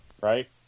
right